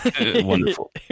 Wonderful